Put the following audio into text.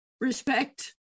respect